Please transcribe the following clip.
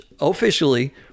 Officially